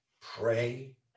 pray